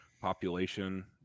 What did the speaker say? population